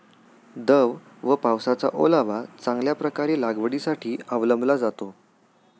दव व पावसाचा ओलावा चांगल्या प्रकारे लागवडीसाठी अवलंबला जातो